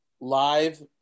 live